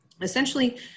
Essentially